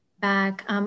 back